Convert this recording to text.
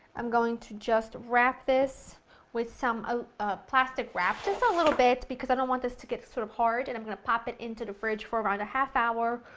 i'm going to just wrap this with some ah ah plastic wrap, just a little bit because i don't want this to get sort of hard, and i'm going to pop it into the fridge for around a half hour,